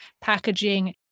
packaging